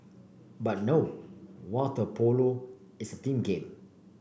but no water polo is team game